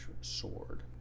sword